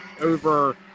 over